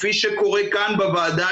כפי שקורה כאן בוועדה,